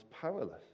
powerless